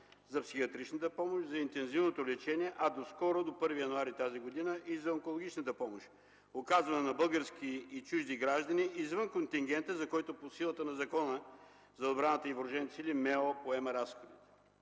за психиатричната помощ, за интензивното лечение, а доскоро – до 1 януари тази година, и за онкологичната помощ, оказвана на български и чужди граждани извън контингента, за който по силата на Закона за отбраната и въоръжените сили Министерството